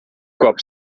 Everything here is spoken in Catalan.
cop